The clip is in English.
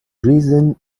reason